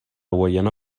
guaiana